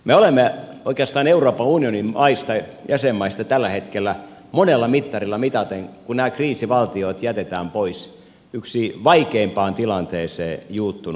me olemme oikeastaan euroopan unionin jäsenmaista tällä hetkellä monella mittarilla mitaten kun nämä kriisivaltiot jätetään pois yksi vaikeimpaan tilanteeseen juuttunut maa